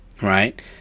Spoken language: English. Right